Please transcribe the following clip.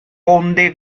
conde